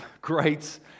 great